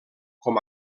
com